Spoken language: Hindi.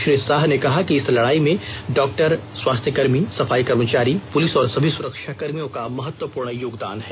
श्री शाह ने कहा कि इस लडाई में डॉक्टर स्वास्थ्यकर्मी सफाई कर्मचारी पुलिस और सभी सुरक्षाकर्मियों का महत्वपूर्ण योगदान है